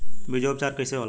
बीजो उपचार कईसे होला?